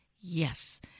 Yes